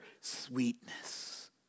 sweetness